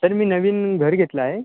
sir मी नवीन घर घेतलं आहे